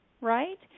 right